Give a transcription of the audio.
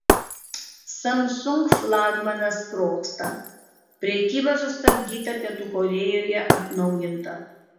samsung flagmanas sprogsta prekyba sustabdyta pietų korėjoje atnaujinta